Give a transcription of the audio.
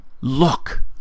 look